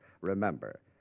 remember